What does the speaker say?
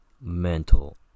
mental